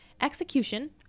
Execution